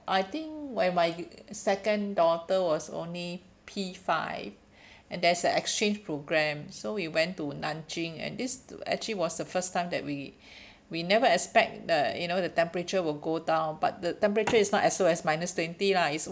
I think when my second daughter was only p five and there's a exchange program so we went to nanjing and this to actually was the first time that we we never expect uh you know the temperature will go down but the temperature is not as low as minus twenty lah it's